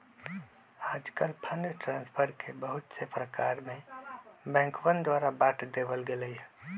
आजकल fund transfer के बहुत से प्रकार में बैंकवन द्वारा बांट देवल गैले है